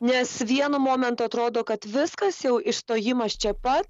nes vienu momentu atrodo kad viskas jau išstojimas čia pat